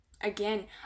again